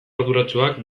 arduratsuak